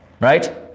right